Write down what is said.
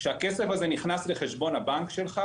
כשהכסף הזה נכנס לחשבון הבנק שלך,